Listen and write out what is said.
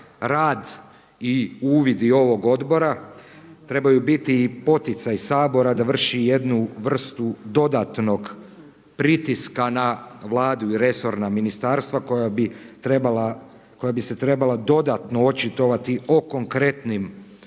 rad i uvid i ovog odbora trebaju biti poticaj Sabora da vrši jednu vrstu dodatnog pritiska na Vladu i resorna ministarstva koja bi se trebala dodatno očitovati o konkretnim